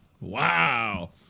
Wow